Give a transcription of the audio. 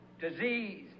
disease